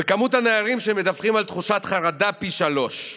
ומספר הנערים שמדווחים על תחושת חרדה, פי שלושה.